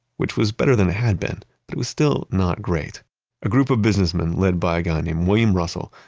which was better than it had been, but it was still not great a group of businessmen led by a guy named william russell,